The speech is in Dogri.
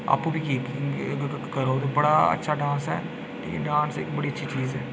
आपूं बी क करो बड़ा अच्छा डांस ऐ एह् डांस इक बड़ी अच्छी चीज ऐ